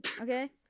okay